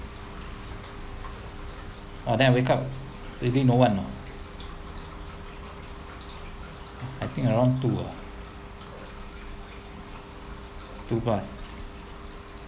oh then I wake up really no one ah I think around two ah two plus